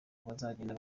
bazagenda